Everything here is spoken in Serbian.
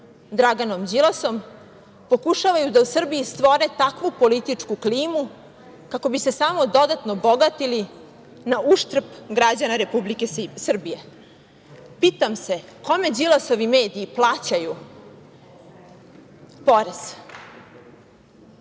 Draganom Đilasom, pokušavaju da u Srbiji stvore takvu političku klimu kako bi se samo dodatno bogatili na uštrb građana Republike Srbije. Pitam se - kome Đilasovi mediji plaćaju porez?